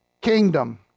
Kingdom